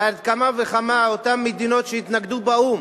ועל אחת כמה וכמה אותן מדינות שהתנגדו באו"ם,